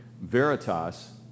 Veritas